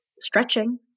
stretching